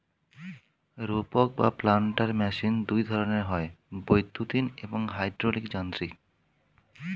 রোপক বা planter machine দুই ধরনের হয়, বৈদ্যুতিন এবং হাইড্রলিক যান্ত্রিক